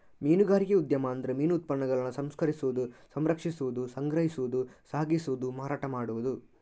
ಮೀನುಗಾರಿಕೆ ಉದ್ಯಮ ಅಂದ್ರೆ ಮೀನು ಉತ್ಪನ್ನಗಳನ್ನ ಸಂಸ್ಕರಿಸುದು, ಸಂರಕ್ಷಿಸುದು, ಸಂಗ್ರಹಿಸುದು, ಸಾಗಿಸುದು, ಮಾರಾಟ ಮಾಡುದು